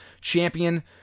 champion